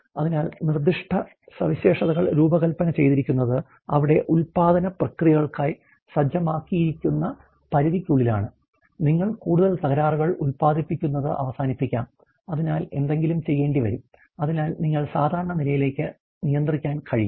അതിനാൽ നിർദ്ദിഷ്ട സവിശേഷതകൾ രൂപകൽപ്പന ചെയ്തിരിക്കുന്നത് അവിടെ ഉൽപാദന പ്രക്രിയയ്ക്കായി സജ്ജമാക്കിയിരിക്കുന്ന പരിധിക്കുള്ളിലാണ് നിങ്ങൾ കൂടുതൽ തകരാറുകൾ ഉൽപാദിപ്പിക്കുന്നത് അവസാനിപ്പിക്കാം അതിനാൽ എന്തെങ്കിലും ചെയ്യേണ്ടിവരും അതിനാൽ നിങ്ങൾക്ക് സാധാരണ നിലയിലേക്ക് നിയന്ത്രിക്കാൻ കഴിയും